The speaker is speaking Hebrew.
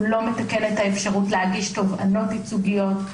לא מתקן את האפשרות להגיש תובענות ייצוגיות,